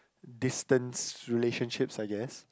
distance relationship I guess